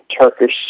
Turkish